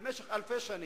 במשך אלפי שנים.